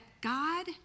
God